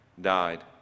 died